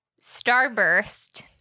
Starburst